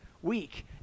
Week